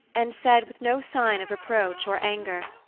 and said, with no sign of reproach or anger,